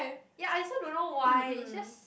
ya I also don't know why it's just